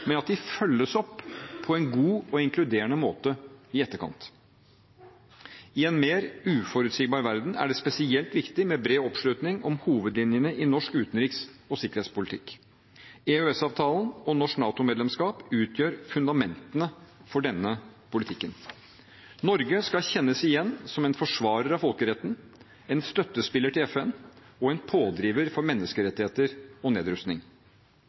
men at de følges opp på en god og inkluderende måte i etterkant. I en mer uforutsigbar verden er det spesielt viktig med bred oppslutning om hovedlinjene i norsk utenriks- og sikkerhetspolitikk. EØS-avtalen og norsk NATO-medlemskap utgjør fundamentene for denne politikken. Norge skal kjennes igjen som en forsvarer av folkeretten, en støttespiller til FN og en pådriver for menneskerettigheter og nedrustning.